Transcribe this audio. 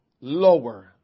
lower